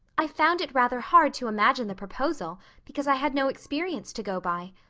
i found it rather hard to imagine the proposal because i had no experience to go by.